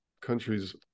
countries